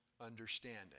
understanding